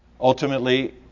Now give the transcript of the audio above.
Ultimately